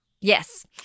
Yes